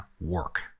work